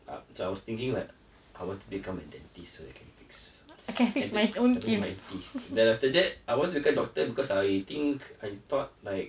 up so I was thinking like I wanted to become a dentist so that I can fix and then and then my teeth then after that I wanted to become doctor because I think I thought like